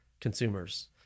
consumers